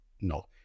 no